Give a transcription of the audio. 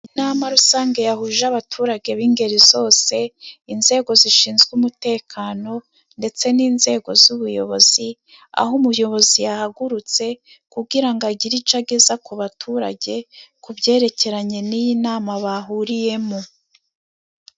Inama rusange yahuje abaturage b'ingeri zose, inzego zishinzwe umutekano, ndetse n'inzego z'ubuyobozi, aho umuyobozi yahagurutse kugira ngo agire icyo ageza ku baturage ku byerekeranye n'iyi nama bahuriyemo.